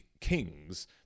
King's